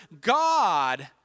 God